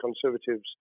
Conservatives